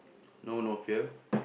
no no fail